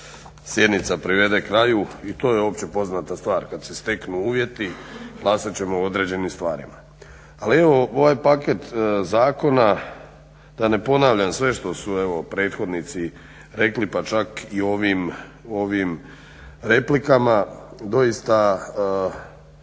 sjednica privede kraju. I to je opće poznata stvar kad se steknu uvjeti glasat ćemo o određenim stvarima. Ali, evo ovaj paket zakona da ne ponavljam sve što su evo prethodnici rekli pa čak i u ovim replikama, doista